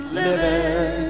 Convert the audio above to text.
living